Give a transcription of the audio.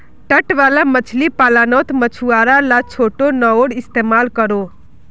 तट वाला मछली पालानोत मछुआरा ला छोटो नओर इस्तेमाल करोह